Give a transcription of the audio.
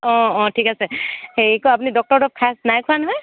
অঁ অঁ ঠিক আছে হেৰি কি কয় আপুনি ডক্তৰৰ দৰৱ খাই আছে নাই খোৱা নহয়